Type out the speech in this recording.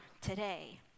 today